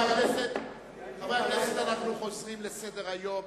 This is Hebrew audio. חברי הכנסת, אנחנו חוזרים לסדר-היום.